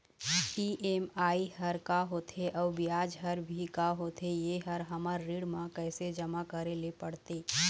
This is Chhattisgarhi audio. ई.एम.आई हर का होथे अऊ ब्याज हर भी का होथे ये हर हमर ऋण मा कैसे जमा करे ले पड़ते?